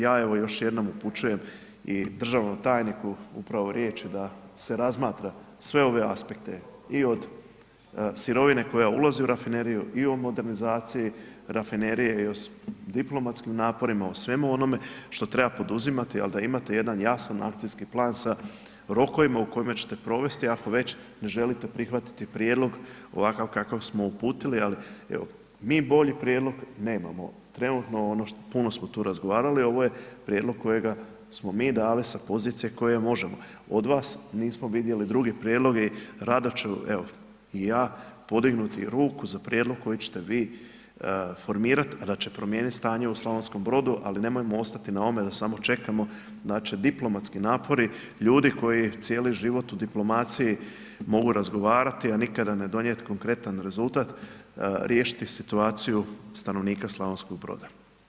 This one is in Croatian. Ja evo još jednom upućujem i državnom tajniku upravo riječi da se razmatra sve ove aspekte, i od sirovine koja ulazi u rafineriju, i o modernizaciji rafinerije, i o diplomatskim naporima, o svemu onome što treba poduzimati ali da imate jedan jasan akcijski plan sa rokovima u kojima će te provesti, ako već ne želite prihvatiti prijedlog ovakav kakav smo uputili, ali evo, mi bolji prijedlog nemamo trenutno, puno smo tu razgovarali, ovo je prijedlog kojega smo mi dali sa pozicije koje možemo, od vas nismo vidjeli druge prijedloge, rado ću evo i ja podignuti ruku za prijedlog koji će te vi formirat a da će promijenit stanje u Slavonskom Brodu, ali nemojmo ostati na ovome da samo čekamo da će diplomatski napori ljudi koji cijeli život u diplomaciji mogu razgovarati, a nikada ne donijet konkretan rezultat, riješiti situaciju stanovnika Slavonskog Broda.